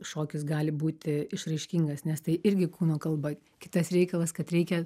šokis gali būti išraiškingas nes tai irgi kūno kalba kitas reikalas kad reikia